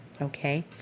Okay